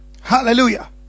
Hallelujah